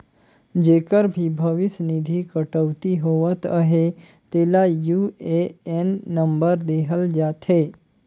जेकर भी भविस निधि कटउती होवत अहे तेला यू.ए.एन नंबर देहल जाथे